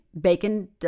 Bacon